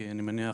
כי אני מניח,